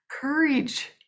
Courage